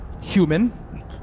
human